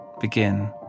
begin